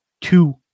two